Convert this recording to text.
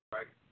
Right